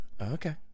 okay